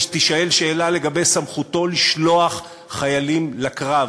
תישאל שאלה לגבי סמכותו לשלוח חיילים לקרב,